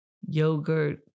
yogurt